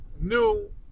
new